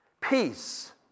peace